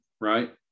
right